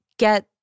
get